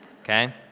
Okay